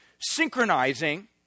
synchronizing